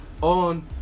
on